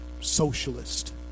socialist